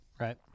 Right